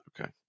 Okay